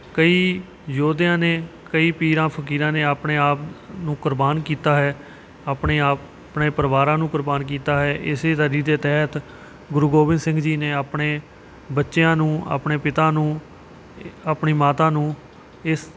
ਕਈ ਯੋਧਿਆਂ ਨੇ ਕਈ ਪੀਰਾਂ ਫਕੀਰਾਂ ਨੇ ਆਪਣੇ ਆਪ ਨੂੰ ਕੁਰਬਾਨ ਕੀਤਾ ਹੈ ਆਪਣੇ ਆਪ ਆਪਣੇ ਪਰਿਵਾਰਾਂ ਨੂੰ ਕੁਰਬਾਨ ਕੀਤਾ ਹੈ ਇਸੇ ਲੜੀ ਦੇ ਤਹਿਤ ਗੁਰੂ ਗੋਬਿੰਦ ਸਿੰਘ ਜੀ ਨੇ ਆਪਣੇ ਬੱਚਿਆਂ ਨੂੰ ਆਪਣੇ ਪਿਤਾ ਨੂੰ ਆਪਣੀ ਮਾਤਾ ਨੂੰ ਇਸ